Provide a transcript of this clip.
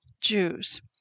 Jews